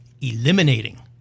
eliminating